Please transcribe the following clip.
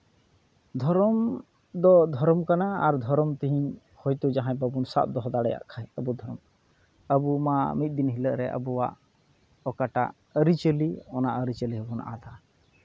ᱫᱷᱚᱨᱚᱢ ᱫᱚ ᱫᱷᱚᱨᱚᱢ ᱠᱟᱱᱟ ᱟᱨ ᱫᱷᱚᱨᱚᱢ ᱛᱮᱦᱤᱧ ᱦᱚᱭᱛᱳ ᱡᱟᱦᱟᱸᱭ ᱵᱟᱵᱚᱱ ᱥᱟᱵ ᱫᱚᱦᱚ ᱫᱟᱲᱮᱭᱟᱜ ᱠᱷᱟᱡ ᱟᱹᱵᱩ ᱫᱚ ᱟᱹᱵᱩ ᱢᱟ ᱢᱤᱫ ᱦᱤᱞᱚᱜ ᱨᱮ ᱟᱵᱚᱣᱟᱜ ᱚᱠᱟᱴᱟᱜ ᱟᱹᱨᱤᱪᱟᱹᱞᱤ ᱚᱱᱟ ᱟᱹᱨᱤᱪᱟᱹᱞᱤ ᱦᱚᱸᱵᱚᱱ ᱟᱫᱟ